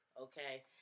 Okay